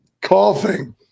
coughing